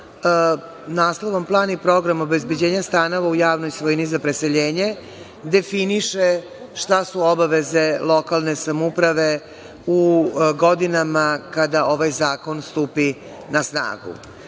naslovom „Plan i program obezbeđenja stanova u javnoj svojini za preseljenje“ definiše šta su obaveze lokalne samouprave u godinama kada ovaj zakon stupi na snagu,